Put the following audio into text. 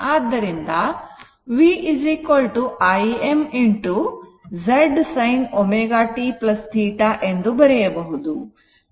ಆದ್ದರಿಂದ v Im Z sin ω t θ ಎಂದು ಬರೆಯಬಹುದು